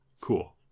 cool